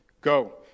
go